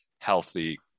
healthy